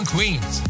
Queens